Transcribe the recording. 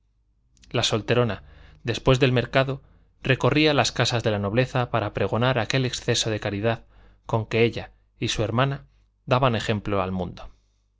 la solterona después del mercado recorría las casas de la nobleza para pregonar aquel exceso de caridad con que ella y su hermana daban ejemplo al mundo